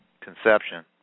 conception